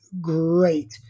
great